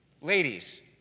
Ladies